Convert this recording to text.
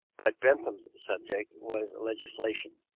but bentham's subject was legislation,